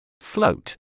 Float